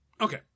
Okay